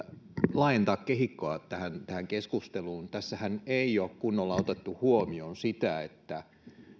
laajentaa kehikkoa tähän tähän keskusteluun tässähän ei ole kunnolla otettu huomioon sitä että